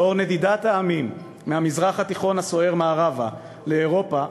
לאור נדידת העמים מהמזרח התיכון הסוער מערבה לאירופה,